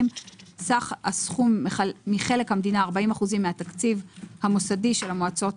סך הסכום מחלק המדינה 40% מהתקציב המוסדי שהמועצות